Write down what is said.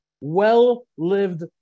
well-lived